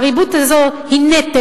והריבית הזאת היא נטל,